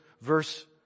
verse